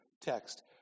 text